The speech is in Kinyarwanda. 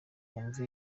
wumve